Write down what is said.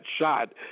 shot